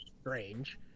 strange